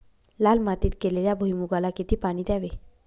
लाल मातीत केलेल्या भुईमूगाला किती पाणी द्यावे?